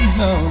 no